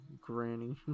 Granny